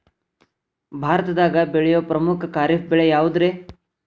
ಭಾರತದಾಗ ಬೆಳೆಯೋ ಪ್ರಮುಖ ಖಾರಿಫ್ ಬೆಳೆ ಯಾವುದ್ರೇ?